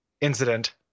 incident